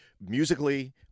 musically